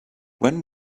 when